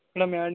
madam ಆಯ್ತ್